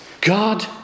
God